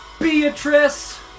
Beatrice